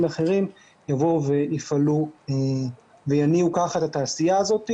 אחרים יפעלו ויניעו ככה את התעשייה הזאת.